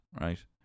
Right